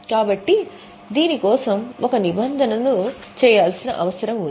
కాబట్టి దీని కోసం ఒక నిబంధనను సృష్టించాల్సిన అవసరం ఉంటుంది